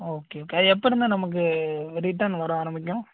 okay okay எப்போருந்து நமக்கு return வர ஆரம்பிக்கும்